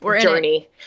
journey